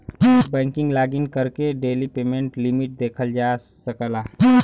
net banking login करके daily payment limit देखल जा सकला